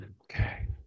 Okay